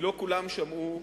כי לא כולם שמעו,